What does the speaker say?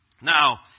Now